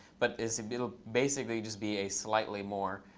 but it'll basically just be a slightly more